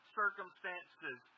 circumstances